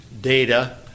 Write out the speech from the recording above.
data